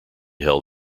held